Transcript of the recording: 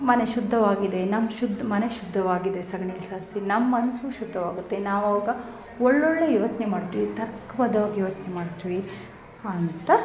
ಮನೆ ಶುದ್ದವಾಗಿದೆ ನಮ್ಮ ಶುದ್ಧ ಮನೆ ಶುದ್ದವಾಗಿದೆ ಸಗ್ಣೀಲಿ ಸಾರಿಸಿ ನಮ್ಮ ಮನಸು ಶುದ್ಧವಾಗುತ್ತೆ ನಾವು ಅವಾಗ ಒಳ್ಳೊಳ್ಳೆ ಯೋಚನೆ ಮಾಡ್ತೀವಿ ತರ್ಕಬದ್ದವಾಗಿ ಯೋಚನೆ ಮಾಡ್ತೀವಿ ಅಂತ